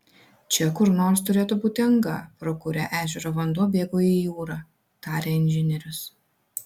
čia kur nors turėtų būti anga pro kurią ežero vanduo bėgo į jūrą tarė inžinierius